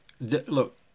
look